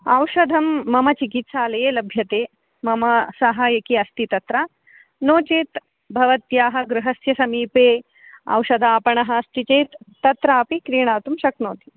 औषधं मम चिकित्सालये लभ्यते मम सहायकी अस्ति तत्र नो चेत् भवत्याः गृहस्य समीपे औषधापणः अस्ति चेत् तत्र अपि क्रीणातुं शक्नोति